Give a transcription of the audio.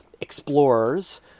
explorers